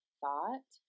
thought